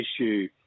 issue